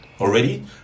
already